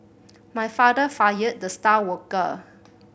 my father fired the star worker